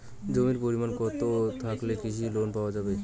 জমির পরিমাণ কতো থাকলে কৃষি লোন পাওয়া যাবে?